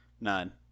None